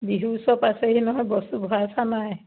বিহু ওচৰ পাইছেহি নহয় বস্তু ভৰাইছা নাই